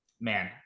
man